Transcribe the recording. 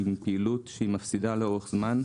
בפעילות שהיא מפסידה לאורך זמן.